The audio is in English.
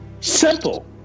Simple